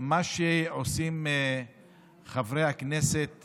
מה שעושים חברי הכנסת